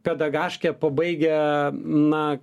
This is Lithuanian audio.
pedagaškę pabaigę na